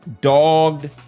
dogged